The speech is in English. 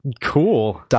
Cool